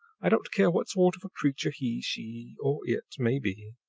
i don't care what sort of a creature he, she, or it may be,